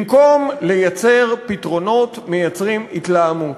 במקום לייצר פתרונות, מייצרים התלהמות,